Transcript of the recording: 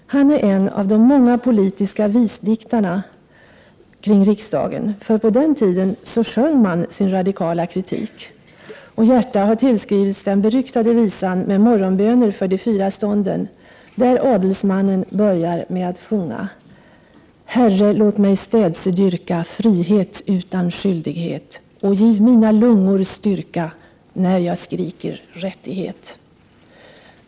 Han är en av de många politiska visdiktarna kring riksdagen. På den tiden sjöng man sin radikala kritik, och Järta har tillskrivits den beryktade visan med morgonböner för de fyra stånden, där adelsmannen börjar med att sjunga: ”Herre, låt mig städse dyrka Frihet utan skyldighet Och gif mina lungor styrka, När jag skriker rättighet.